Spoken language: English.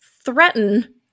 threaten